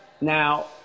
Now